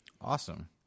Awesome